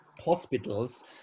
Hospitals